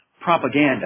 propaganda